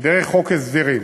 דרך חוק ההסדרים